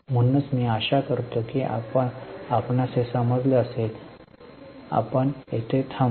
म्हणून मी आशा करतो की आपण हे समजले असेल की आपण येथे थांबू